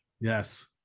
Yes